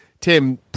Tim